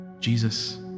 Jesus